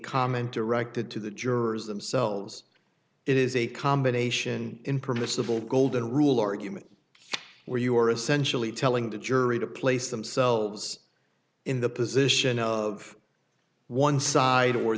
comment directed to the jurors themselves it is a combination in permissible golden rule argument where you are essentially telling the jury to place themselves in the position of one side or